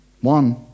One